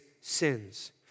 sins